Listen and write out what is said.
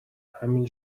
همین